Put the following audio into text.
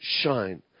shine